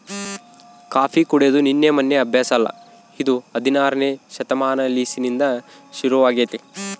coffee ಕುಡೆದು ನಿನ್ನೆ ಮೆನ್ನೆ ಅಭ್ಯಾಸ ಅಲ್ಲ ಇದು ಹದಿನಾರನೇ ಶತಮಾನಲಿಸಿಂದ ಶುರುವಾಗೆತೆ